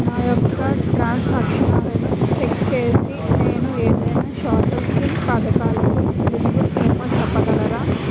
నా యెక్క ట్రాన్స్ ఆక్షన్లను చెక్ చేసి నేను ఏదైనా సోషల్ స్కీం పథకాలు కు ఎలిజిబుల్ ఏమో చెప్పగలరా?